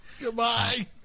Goodbye